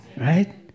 Right